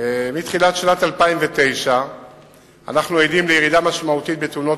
מתחילת שנת 2009 אנחנו עדים לירידה משמעותית בתאונות